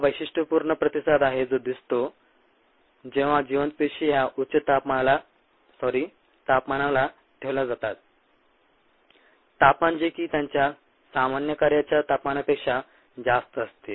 हा वैशिष्ट्यपूर्ण प्रतिसाद आहे जो दिसतो जेंव्हा जिवंत पेशी ह्या उच्च तापमानाला ठेवल्या जातात तापमान जे की त्यांच्या सामान्य कार्याच्या तापमानापेक्षा जास्त असते